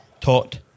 taught